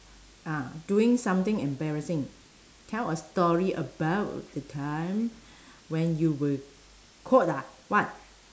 ah doing something embarrassing tell a story about a time when you were caught ah what